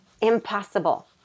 Impossible